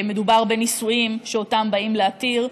מדובר בנישואים שאותם באים להתיר,